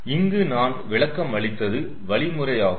இங்கு நான் விளக்கம் அளித்தது வழிமுறையாகும்